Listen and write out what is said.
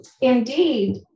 Indeed